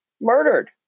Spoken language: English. murdered